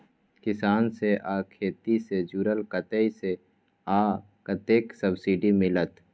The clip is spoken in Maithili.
किसान से आ खेती से जुरल कतय से आ कतेक सबसिडी मिलत?